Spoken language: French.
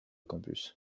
campus